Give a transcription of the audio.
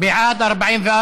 בעד, 44,